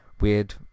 weird